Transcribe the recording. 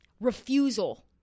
refusal